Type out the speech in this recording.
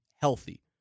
healthy